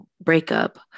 breakup